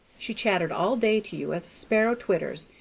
she chattered all day to you as a sparrow twitters,